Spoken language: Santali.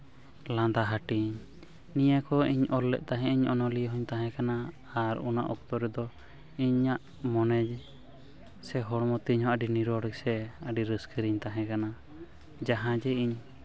ᱞᱟᱸᱫᱟ ᱦᱟᱹᱴᱤᱧ ᱱᱤᱭᱟᱹ ᱠᱚ ᱤᱧ ᱚᱞ ᱞᱮᱫ ᱛᱟᱦᱮᱫ ᱤᱧ ᱚᱱᱚᱞᱤᱭᱟᱹ ᱦᱚᱸᱧ ᱛᱟᱦᱮᱸ ᱠᱟᱱᱟ ᱟᱨ ᱚᱱᱟ ᱚᱠᱛᱚ ᱨᱮᱫᱚ ᱤᱧᱟᱹᱜ ᱢᱚᱱᱮ ᱥᱮ ᱦᱚᱲᱢᱚ ᱛᱤᱧ ᱦᱚᱸ ᱟᱹᱰᱤ ᱱᱤᱨᱚᱲ ᱥᱮ ᱟᱹᱰᱤ ᱨᱟᱹᱥᱠᱟᱹ ᱨᱮᱧ ᱛᱟᱦᱮᱸ ᱠᱟᱱᱟ ᱡᱟᱦᱟᱸ ᱡᱮ ᱤᱧ